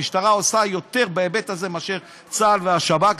המשטרה עושה יותר בהיבט הזה מאשר צה"ל והשב"כ,